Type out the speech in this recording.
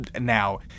now